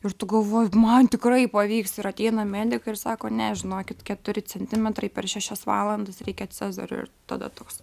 ir tu galvoji man tikrai pavyks ir ateina medikai ir sako ne žinokit keturi centimetrai per šešias valandas reikia cezario ir tada toks